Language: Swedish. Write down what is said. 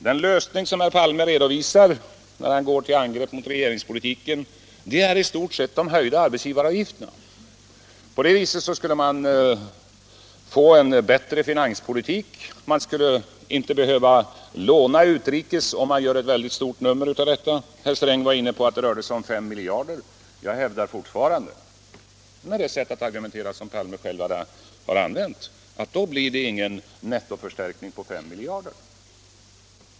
Den lösning som herr Palme redovisar när han går till angrepp mot regeringspolitiken är i stort sett höjda arbetsgivaravgifter. På det sättet skulle man få en bättre finanspolitik; man skulle inte behöva låna utrikes, vilket socialdemokraterna gör ett stort nummer av. Herr Sträng var inne på att det rörde sig om 5 miljarder. Med det sätt att argumentera som herr Palme använt blir det ingen nettoförstärkning på 5 miljarder.